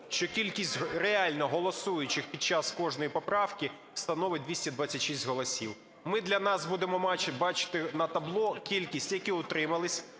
що кількість реально голосуючих під час кожної поправки становить 226 голосів. Ми для нас будемо бачити на табло кількість, які утрималися,